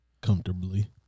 Comfortably